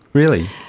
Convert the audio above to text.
really?